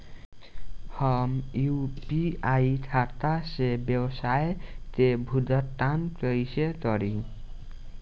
हम यू.पी.आई खाता से व्यावसाय के भुगतान कइसे करि?